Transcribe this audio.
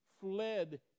fled